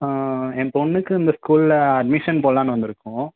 என் பொண்ணுக்கு இந்த ஸ்கூலில் அட்மிஷன் போடலான்னு வந்துருக்கோம்